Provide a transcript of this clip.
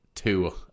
Two